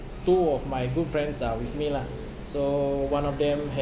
two of my good friends are with me lah so one of them help